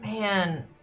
Man